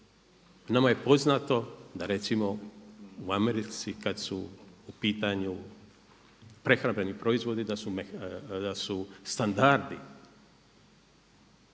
Nama je poznato da recimo u Americi kad su u pitanju prehrambeni proizvodi da su standardi